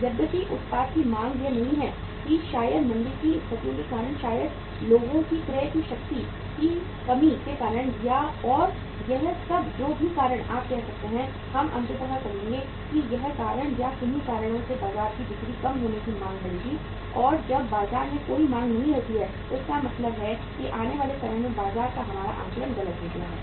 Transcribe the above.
जबकि उत्पाद की मांग यह नहीं है कि शायद मंदी की स्थितियों के कारण शायद लोगों की क्रय शक्ति की कमी के कारण और यह सब जो भी कारण आप कह सकते हैं हम अंततः कहेंगे कि ये सभी कारण या किन्हीं कारणों से बाजार से बिक्री कम होने की मांग बढ़ेगी और जब बाजार में कोई मांग नहीं होती है तो इसका मतलब है कि आने वाले समय में बाजार का हमारा आकलन गलत हो गया है